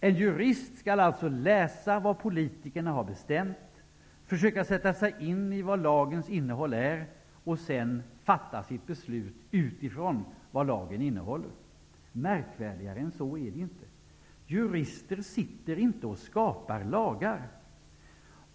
En jurist skall alltså läsa vad politikerna har bestämt, försöka sätta sig in i vad lagens innehåll är och sedan fatta sitt beslut utifrån vad lagen innehåller. Märkvärdigare än så är det inte. Jurister sitter inte och skapar lagar.